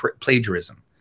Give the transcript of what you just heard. plagiarism